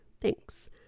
Thanks